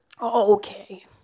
Okay